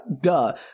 duh